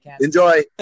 Enjoy